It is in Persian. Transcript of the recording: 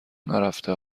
نرفته